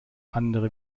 andere